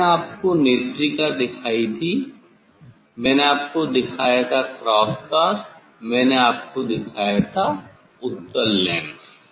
और मैंने आपको नेत्रिका दिखाई थी मैंने आपको दिखाया था क्रॉस तार मैंने आपको दिखाया था उत्तल लेंस